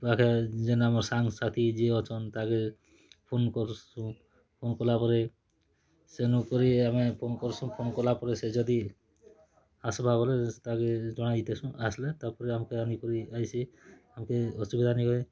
ପାଖେ ଯେନ୍ ଆମର୍ ସାଙ୍ଗ ସାଥୀ ଯିଏ ଅଛନ୍ ତାକେ ଫୋନ୍ କରୁସୁଁ ଫୋନ୍ କଲା ପରେ ସେନୁ କରି ଆମେ ଫୋନ୍ କରସୁଁ ଫୋନ୍ କଲା ପରେ ସେ ଯଦି ଆସ୍ବା ବୋଲେ ତାକେ ଜଣାଇ ତେସୁଁ ଆସିଲେ ତା'ପରେ ଆମକୁ ଆଣିକରି ଆଇସି ଆମକୁ ଅସୁବିଧା ନେଇକି